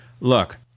look